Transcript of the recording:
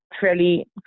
fairly